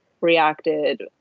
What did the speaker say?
reacted